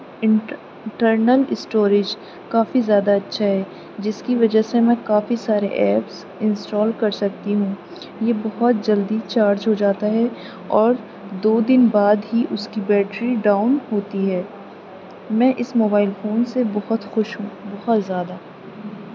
inter internal storage کافی زیادہ اچھا ہے جس کی وجہ سے میں کافی سارے ایپس انسٹال کر سکتی ہوں یہ بہت جلدی چارج ہو جاتا ہے اور دو دن بعد ہی اس کی بیٹری ڈاؤن ہوتی ہے میں اس موبائل فون سے بہت خوش ہوں بہت زیادہ